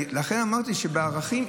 לכן אמרתי שבערכים,